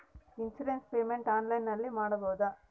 Insurance payment ಆನ್ಲೈನಿನಲ್ಲಿ ಮಾಡಬಹುದಾ?